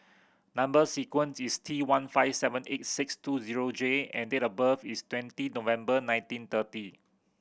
number sequence is T one five seven eight six two zero J and date of birth is twenty November nineteen thirty